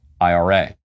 IRA